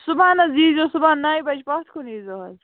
صُبَحن حظ ییٖزیٚو صُبحن نَیہِ بَجہِ پَتھ کُن ییٖزیٚو حظ